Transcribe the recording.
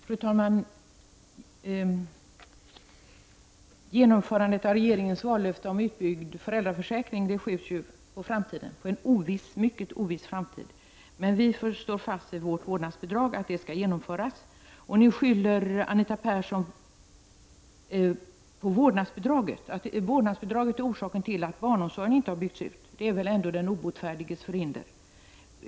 Fru talman! Genomförandet av regeringens vallöfte om utbyggnad av föräldraförsäkringen skjuts på framtiden, på en mycket oviss framtid. Men vi står fast vid vårt förslag om vårdnadsbidrag. Nu skyller Anita Persson på att vårdnadsbidraget skulle vara orsaken till att barnomsorgen inte har byggts ut. Det är väl ändå den obotfärdiges förhinder.